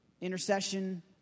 intercession